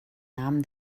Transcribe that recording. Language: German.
namen